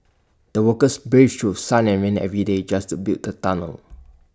the workers braved through sun and rain every day just to build the tunnel